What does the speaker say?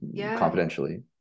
confidentially